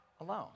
alone